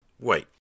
Wait